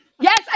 yes